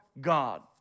God